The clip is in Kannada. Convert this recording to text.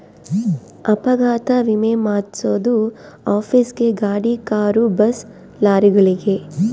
ಅಪಘಾತ ವಿಮೆ ಮಾದ್ಸೊದು ಆಫೀಸ್ ಗೇ ಗಾಡಿ ಕಾರು ಬಸ್ ಲಾರಿಗಳಿಗೆ